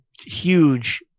huge